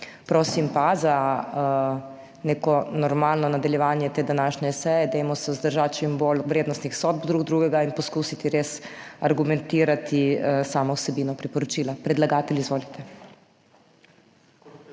Prosim pa za neko normalno nadaljevanje te današnje seje dajmo vzdržati čim bolj vrednostnih sodb drug drugega in poskusiti res argumentirati samo vsebino priporočila. Predlagatelj, izvolite.